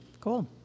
Cool